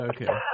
Okay